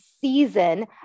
season